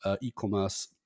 e-commerce